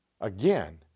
Again